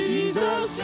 Jesus